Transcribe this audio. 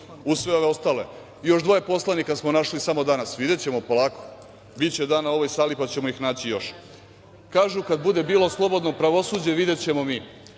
uz sve ove ostale. I još dvoje poslanika smo našli samo danas, videćemo, polako. Biće dana u ovoj sali, pa ćemo ih naći još. Kažu – kad bude bilo slobodno pravosuđe, videćemo mi.